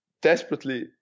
desperately